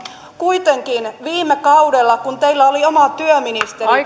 kuitenkin viime kaudella kun teillä oli oma työministeri